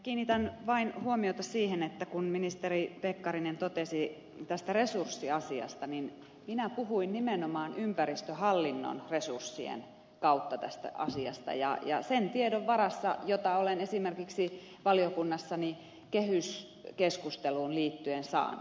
kiinnitän vain huomiota siihen kun ministeri pekkarinen totesi tästä resurssiasiasta että minä puhuin nimenomaan ympäristöhallinnon resurssien kautta tästä asiasta ja sen tiedon varassa jota olen esimerkiksi valiokunnassani kehyskeskusteluun liittyen saanut